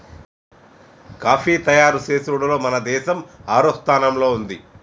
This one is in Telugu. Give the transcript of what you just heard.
కాఫీ తయారు చేసుడులో మన దేసం ఆరవ స్థానంలో ఉంది